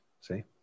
See